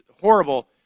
horrible